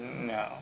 No